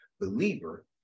believer